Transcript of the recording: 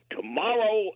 Tomorrow